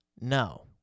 no